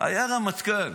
היה רמטכ"ל,